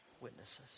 witnesses